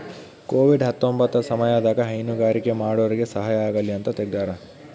Covid ಹತ್ತೊಂಬತ್ತ ಸಮಯದಾಗ ಹೈನುಗಾರಿಕೆ ಮಾಡೋರ್ಗೆ ಸಹಾಯ ಆಗಲಿ ಅಂತ ತೆಗ್ದಾರ